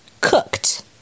cooked